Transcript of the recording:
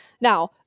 Now